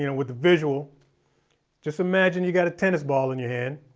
you know with the visual just imagine you got a tennis ball in your hand